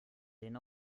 den